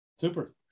Super